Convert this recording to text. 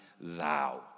thou